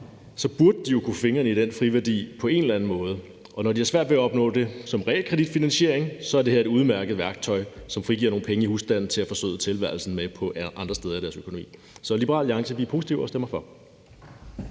burde de jo kunne få fingrene i den friværdi på en eller anden måde. Og når de har svært ved at opnå det som realkreditfinansiering, er det her et udmærket værktøj, som frigiver nogle penge i husstanden til at forsøde tilværelsen med andre steder i deres økonomi. Så vi er i Liberal Alliance positive og stemmer for.